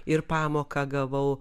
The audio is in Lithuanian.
ir pamoką gavau